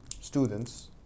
students